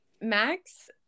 Max